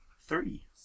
three